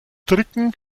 drücken